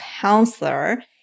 counselor